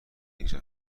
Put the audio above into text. ایجاد